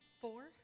four